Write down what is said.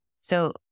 So-